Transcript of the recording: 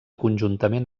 conjuntament